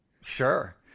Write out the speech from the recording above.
Sure